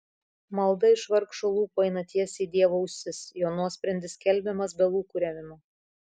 malda iš vargšo lūpų eina tiesiai į dievo ausis jo nuosprendis skelbiamas be lūkuriavimo